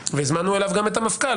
והזמנו אליו גם את המפכ"ל,